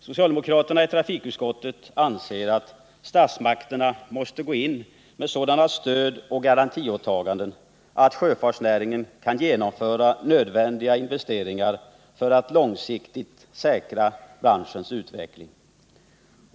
Socialdemokraterna anser att statsmakterna måste gå in med sådana stödoch garantiåtaganden att sjöfartsnäringen kan genomföra nödvändiga investeringar för att långsiktigt säkra branschens utveckling.